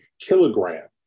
kilogram